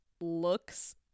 looks